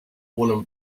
woolen